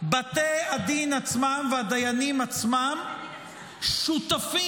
בתי הדין עצמם והדיינים עצמם שותפים